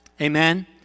amen